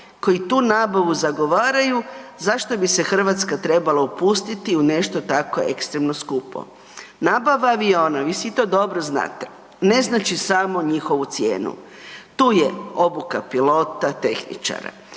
koji tu nabavu zagovaraju zašto bi se Hrvatska trebala upustiti u nešto tako ekstremno skupo. Nabava aviona, vi svi to dobro znate, ne znači samo njihovu cijenu. Tu je obuka pilota, tehničara,